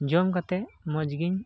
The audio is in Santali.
ᱡᱚᱢ ᱠᱟᱛᱮᱫ ᱢᱚᱡᱽ ᱜᱮ